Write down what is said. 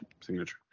signature